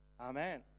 Amen